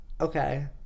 Okay